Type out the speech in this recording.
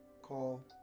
call